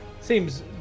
seems